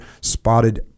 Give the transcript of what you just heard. spotted